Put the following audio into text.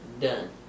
Done